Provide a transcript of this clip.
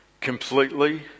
completely